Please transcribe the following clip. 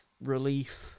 relief